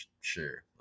sure